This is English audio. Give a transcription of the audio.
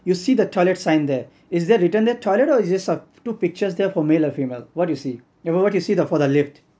you see the toilet sign there is there written there toilet or it's just two pictures there for male and female what do you see then what do you see for the lift